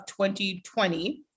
2020